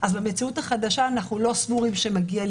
במציאות החדשה אנחנו לא סבורים שמגיעים